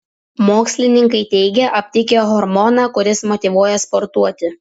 mokslininkai teigia aptikę hormoną kuris motyvuoja sportuoti